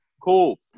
cool